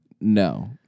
No